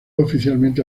oficialmente